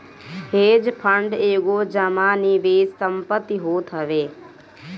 hedge fund एगो जमा निवेश संपत्ति होत हवे